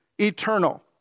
eternal